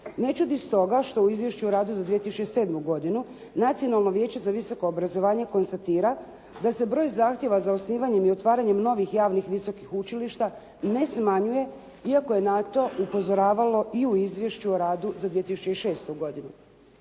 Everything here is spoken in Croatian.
Ne čudi stoga što u Izvješću o radu za 2007. godinu Nacionalno vijeće za visoko obrazovanje konstatira da se broj zahtjeva za osnivanjem i otvaranjem i otvaranjem novih javnih visokih učilišta ne smanjuje iako je na to upozoravalo i u Izvješću o radu za 2006. godinu.